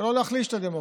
ולא להחליש את הדמוקרטיה.